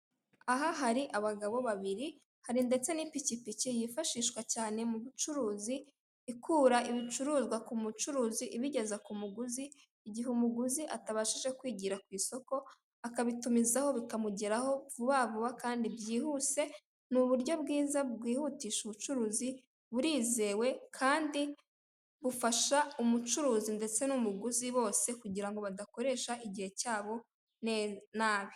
Aha hari abagabo babiri, hari ndetse ni ipikipiki yifashishwa cyane mu bucuruzi, ikura ibicuruzwa ku mucuruzi ibigeza ku muguzi mu gihe umuguzi atabashije kwigira ku isoko akabitumizaho bikamugeraho vubavuba kandi byihuse, n'uburyo bwiza bwihutisha ubucuruzi, burizewe kandi bufasha umucuruzi ndetse n'umuguzi bose kugirango badakoresha igihe cyabo ne nabi.